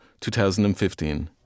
2015